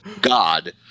god